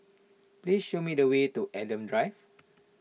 please show me the way to Adam Drive